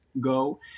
go